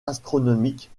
astronomiques